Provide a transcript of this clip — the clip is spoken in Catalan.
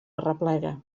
arreplega